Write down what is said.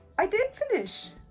i did finish.